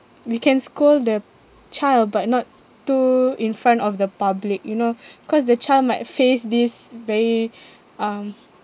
you can scold the child but not too in front of the public you know cause the child might face this very um